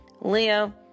Leo